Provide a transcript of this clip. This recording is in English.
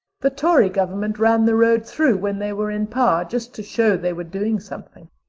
the tory government ran the road through when they were in power just to show they were doing something.